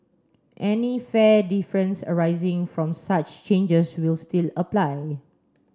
any fare difference arising from such changes will still apply